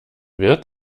wird